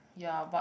ya but